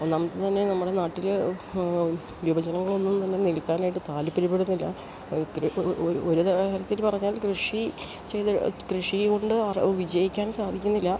ഒന്നാമത് തന്നെ നമ്മളെ നാട്ടില് ആവും യുവജനങ്ങളളൊന്നും തന്നെ നിൽക്കാനായിട്ട് താൽപ്പര്യപ്പെടുന്നില്ല അതൊത്തിരി ഒര് തരത്തിൽ പറഞ്ഞാൽ കൃഷി ചെയ്ത് കൃഷി കൊണ്ട് വിജയിക്കാൻ സാധിക്കുന്നില്ല